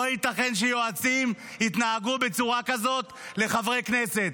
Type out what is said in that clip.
לא ייתכן שיועצים יתנהגו בצורה כזאת לחברי כנסת.